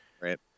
Right